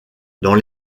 dans